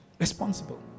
responsible